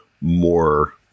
more